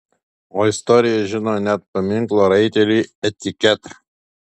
o istorija žino net paminklo raiteliui etiketą